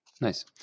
nice